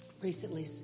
recently